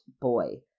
boy